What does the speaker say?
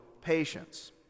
patience